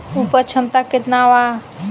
उपज क्षमता केतना वा?